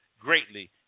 greatly